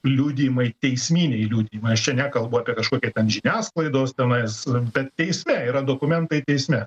liudijimai teisminiai liudijimai aš čia nekalbu apie kažkokią ten žiniasklaidos tenais bet teisme yra dokumentai teisme